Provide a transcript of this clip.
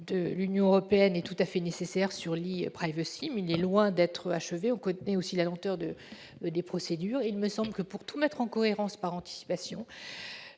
le règlement ePrivacy est tout à fait nécessaire, mais il est loin d'être achevé ; on connaît aussi la lenteur des procédures. Il me semble que, pour tout mettre en cohérence par anticipation,